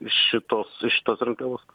šitos šitos rinkliavos